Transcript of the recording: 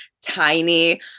tiny